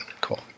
Cool